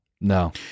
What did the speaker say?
No